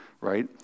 right